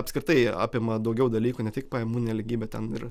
apskritai apima daugiau dalykų ne tik pajamų nelygybę ten ir